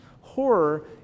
Horror